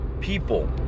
people